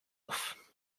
off